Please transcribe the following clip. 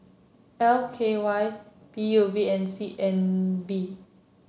L K Y P U B and C N B